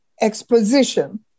exposition